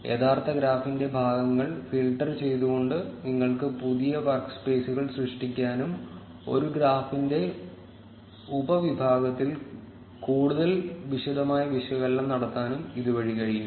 യഥാർത്ഥ ഗ്രാഫിന്റെ ഭാഗങ്ങൾ ഫിൽട്ടർ ചെയ്തുകൊണ്ട് നിങ്ങൾക്ക് പുതിയ വർക്സ്പേസുകൾ സൃഷ്ടിക്കാനും ഒരു ഗ്രാഫിന്റെ ഉപവിഭാഗത്തിൽ കൂടുതൽ വിശദമായ വിശകലനം നടത്താനും ഇതുവഴി കഴിയും